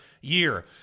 year